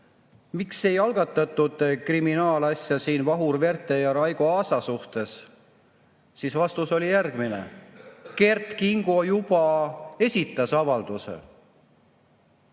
miks ei algatatud kriminaalasja Vahur Verte ja Raigo Aasa suhtes. Vastus oli järgmine: Kert Kingo juba esitas avalduse.